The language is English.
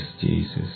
Jesus